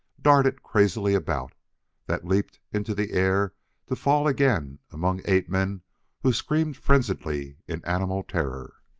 darted crazily about that leaped into the air to fall again among ape-men who screamed frenziedly in animal terror.